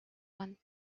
one